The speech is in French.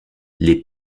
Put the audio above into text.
les